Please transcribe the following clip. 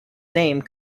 name